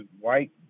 white